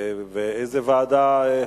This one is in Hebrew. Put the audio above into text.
איזו ועדה?